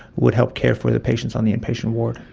would help care for the patients on the inpatient ward.